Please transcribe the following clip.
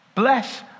Bless